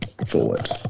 forward